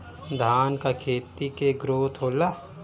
धान का खेती के ग्रोथ होला?